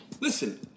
Listen